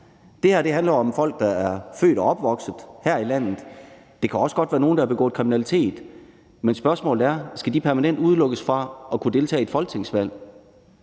Det her handler jo om folk, der er født og opvokset her i landet. Det kan også godt være folk, der har begået kriminalitet. Men spørgsmålet er: Skal de permanent udelukkes fra at kunne deltage i et folketingsvalg?